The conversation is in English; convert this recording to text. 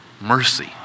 mercy